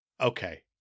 okay